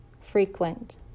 Frequent